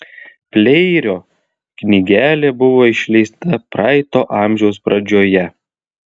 pleirio knygelė buvo išleista praeito amžiaus pradžioje